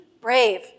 brave